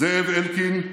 זאב אלקין,